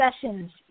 sessions